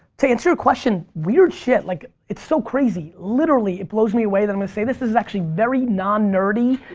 to answer your question, weird shit, like it's so crazy, literally, it blows me away that i'm going to say this, this is actually very non-nerdy,